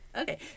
Okay